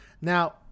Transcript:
Now